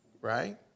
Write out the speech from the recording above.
right